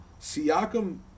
Siakam